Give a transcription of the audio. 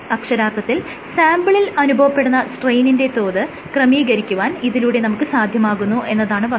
അക്ഷരാർത്ഥത്തിൽ സാംപിളിൽ അനുഭവപ്പെടുന്ന സ്ട്രെയ്നിന്റെ തോത് ക്രമീകരിക്കുവാൻ ഇതിലൂടെ നമുക്ക് സാധ്യമാകുന്നു എന്നതാണ് വസ്തുത